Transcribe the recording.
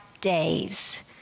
days